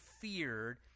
feared